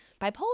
Bipolar